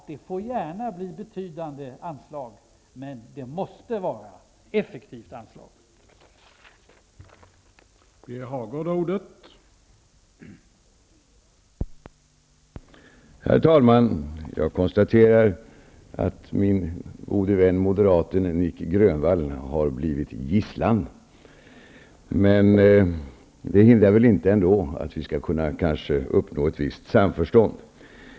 Det får gärna bli betydande anslag, men det måste vara effektivt använda medel.